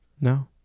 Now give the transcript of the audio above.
no